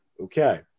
Okay